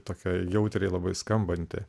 tokiai jautriai labai skambanti